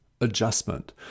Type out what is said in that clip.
adjustment